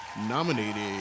nominated